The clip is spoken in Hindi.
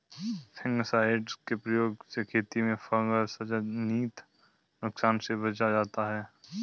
फंगिसाइड के प्रयोग से खेती में फँगसजनित नुकसान से बचा जाता है